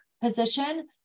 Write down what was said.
position